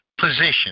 position